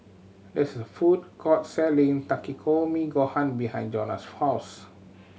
there's a food court selling Takikomi Gohan behind Jonas' house